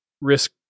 risk